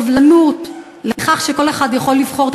ובסובלנות לכך שכל אחד יכול לבחור את